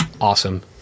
awesome